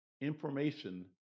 Information